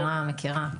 מכירה.